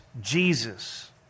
Jesus